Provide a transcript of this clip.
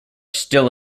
still